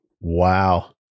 Wow